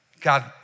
God